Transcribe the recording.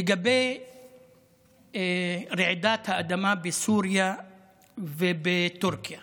לגבי רעידת האדמה בסוריה ובטורקיה